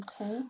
Okay